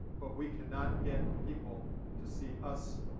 but we cannot get people to see us,